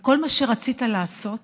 וכל מה שרצית לעשות